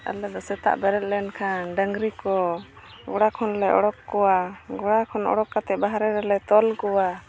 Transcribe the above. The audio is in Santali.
ᱟᱞᱮ ᱫᱚ ᱥᱮᱛᱟᱜ ᱵᱮᱨᱮᱫ ᱞᱮᱱᱠᱷᱟᱱ ᱰᱟᱝᱨᱤ ᱠᱚ ᱜᱳᱲᱟ ᱠᱷᱚᱱᱞᱮ ᱩᱰᱩᱠ ᱠᱚᱣᱟ ᱜᱳᱲᱟ ᱠᱷᱚᱱ ᱩᱰᱩᱠ ᱠᱟᱛᱮᱫ ᱵᱟᱦᱨᱮ ᱨᱮᱞᱮ ᱛᱚᱞ ᱠᱚᱣᱟ